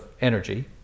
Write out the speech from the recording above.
energy